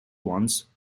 ones